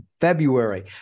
february